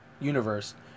universe